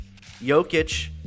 Jokic